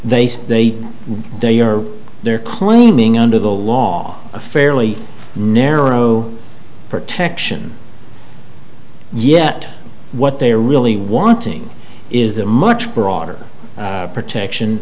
say they they are they're claiming under the law a fairly narrow protection yet what they are really wanting is a much broader protection